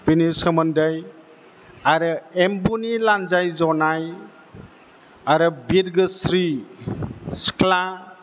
बेनि सोमोन्दै आरो एम्बुनि लान्जाइ जनाय आरो बिरगोस्रि सिख्ला